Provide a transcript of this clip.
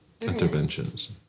interventions